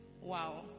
Wow